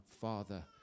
Father